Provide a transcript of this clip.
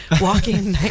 walking